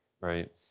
Right